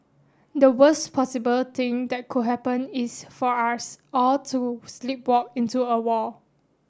the worst possible thing that could happen is for us all to sleepwalk into a war